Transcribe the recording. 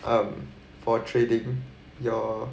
um for trading your